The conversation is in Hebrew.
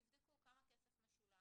תבדקו כמה כסף משולם,